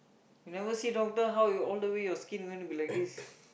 you never see doctor how you all the way your skin is going to be like this